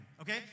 okay